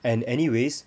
and anyways